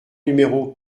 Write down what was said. numéro